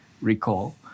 recall